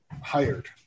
hired